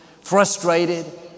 frustrated